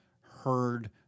heard